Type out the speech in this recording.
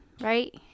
right